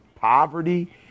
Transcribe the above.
poverty